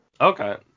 okay